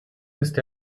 ist